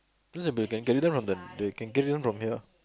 carry them from them they can carry on from here